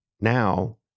Now